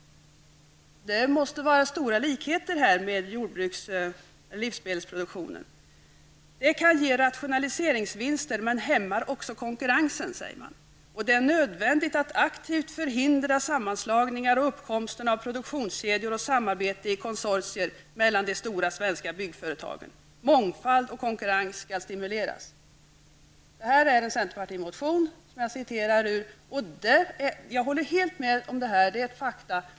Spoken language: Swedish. Det måste vara stora likheter med jordbruks och livsmedelsproduktionen -- ''Det kan ge rationaliseringsvinster men hämmar också konkurrensen. Det är nödvändigt att aktivt förhindra sammanslagningar och uppkomst av produktionskedjor och samarbete i konsortier mellan de stora svenska byggföretagen. Mångfald och konkurrens skall stimuleras.'' Det är alltså en centerpartimotion som jag citerar ur. Jag håller helt med om detta. Det är fakta.